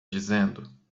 dizendo